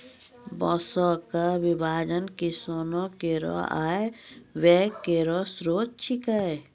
बांसों क विभाजन किसानो केरो आय व्यय केरो स्रोत छिकै